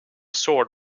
sword